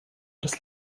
das